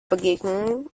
begegnungen